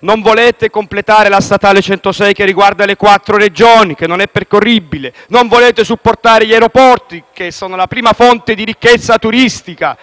Non volete completare la statale 106, che riguarda quattro Regioni, che non è percorribile. Non volete supportare gli aeroporti, che sono la prima fonte di ricchezza turistica